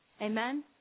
Amen